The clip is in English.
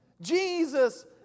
Jesus